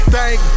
Thank